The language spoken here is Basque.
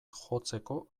jotzeko